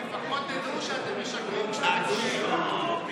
לפחות תדעו שאתם משקרים כשאתם מצביעים.